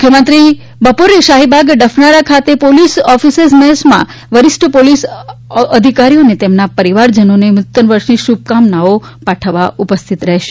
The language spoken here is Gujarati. મુખ્યમંત્રીશ્રી શાહીબાગ ડફનાળા ખાતે પોલીસ ઓફિસર્સ મેસમાં વરિષ્ઠ પોલીસ અફસરો અને તેમના પરિવારોને નૂતનવર્ષની શુભકામનાઓ પાઠવવા ઉપસ્થિત રહેશે